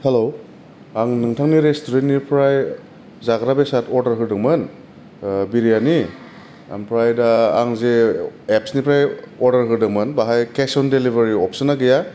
hello आं नोंथांनि रेसथु'रेन्थनिफ्राय जाग्रा बेसाद अरदार होदोंमोन बिरियानि आमफ्राय दा आं जे एफसनिफ्राय अरदार होदोंमोन बाहाय खेस अन दिलिभारि अफसना गैया